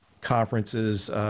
conferences